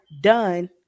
done